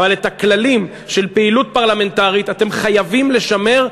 אבל את הכללים של פעילות פרלמנטרית אתם חייבים לשמר,